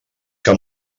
que